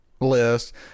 list